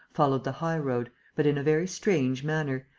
followed the high-road, but in a very strange manner,